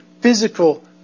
physical